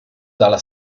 dalla